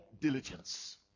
diligence